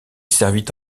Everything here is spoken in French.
servit